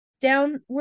downward